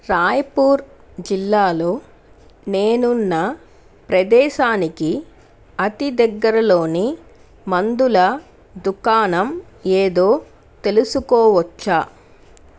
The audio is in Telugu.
రాయ్పూర్ జిల్లాలో నేనున్న ప్రదేశానికి అతి దగ్గరలోని మందుల దుకాణం ఏదో తెలుసుకోవచ్చా